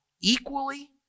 equally